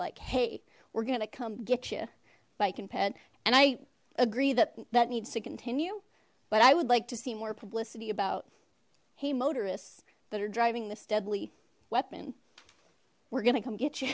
like hey we're gonna come get you bike and ped and i agree that that needs to continue but i would like to see more publicity about hey motorists that are driving this deadly weapon we're gonna come get